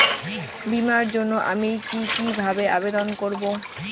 বিমার জন্য আমি কি কিভাবে আবেদন করব?